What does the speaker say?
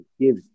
give